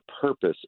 purpose